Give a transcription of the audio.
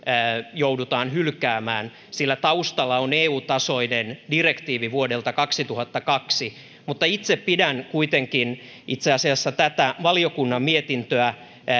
joudutaan hylkäämään sillä taustalla on eu tasoinen direktiivi vuodelta kaksituhattakaksi mutta itse pidän kuitenkin itse asiassa tätä valiokunnan mietintöä